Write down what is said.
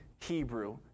Hebrew